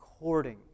according